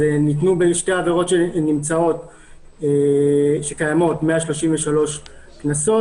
ניתנו בשתי עבירות שקיימות 133 קנסות.